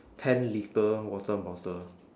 ten litre water bottle